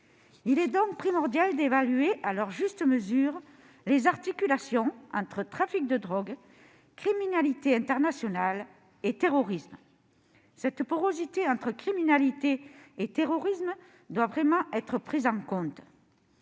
Il est donc primordial d'évaluer à leur juste mesure les articulations entre trafic de drogue, criminalité internationale et terrorisme. Cette porosité entre criminalité et terrorisme doit véritablement être prise en compte.